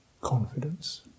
confidence